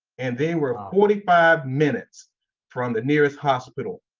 and they were forty five minutes from the nearest hospital.